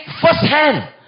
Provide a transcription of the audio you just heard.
firsthand